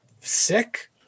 sick